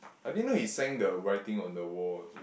I didn't know he sang the writing on the wall also